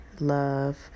love